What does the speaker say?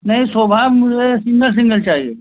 नहीं सोभा मुझे single single चाहिए